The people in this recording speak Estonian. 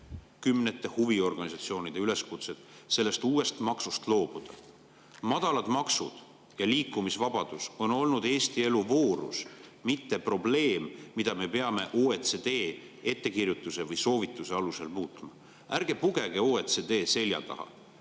kümnete huviorganisatsioonide üleskutsed sellest uuest maksust loobuda? Madalad maksud ja liikumisvabadus on olnud Eesti elu voorus, mitte probleem, mida me peame OECD ettekirjutuse või soovituse alusel muutma. Ärge pugege OECD selja taha.